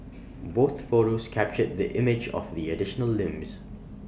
both photos captured the image of the additional limbs